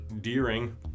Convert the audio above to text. Deering